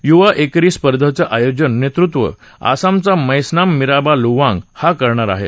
युवा एकेरी स्पर्धकांचं नेतृत्व आसामचा मैस्नाम मिराबा लुवांग हा करणार आहे